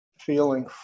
feeling